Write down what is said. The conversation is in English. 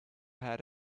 had